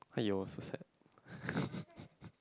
!aiyo! so sad